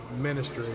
ministry